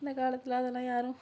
இந்த காலத்தில் அதெல்லாம் யாரும்